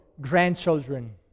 grandchildren